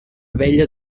abella